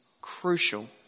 crucial